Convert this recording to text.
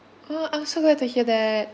oh I'm so glad to hear that